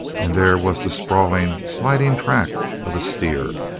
and there was the sprawling, sliding track of a steer.